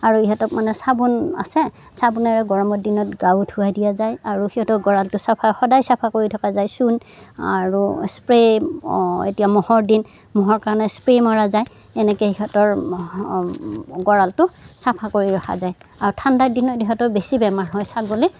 আৰু সিহঁতক মানে চাবোন আছে চাবোনেৰে গৰমৰ দিনত গাও ধুৱাই দিয়া যায় আৰু সিহঁতৰ গড়ালটো চাফা সদায় চাফা কৰি থকা যায় চূণ আৰু স্প্ৰে' অঁ এতিয়া মহৰ দিন মহৰ কাৰণে স্প্ৰে' মৰা যায় এনেকে সিহঁতৰ গড়ালটো চাফা কৰি ৰখা যায় আৰু ঠাণ্ডাৰ দিনত ইহঁতৰ বেছি বেমাৰ হয় ছাগলীৰ